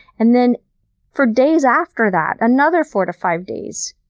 and then for days after that, another four to five days,